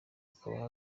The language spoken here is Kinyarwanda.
akabaha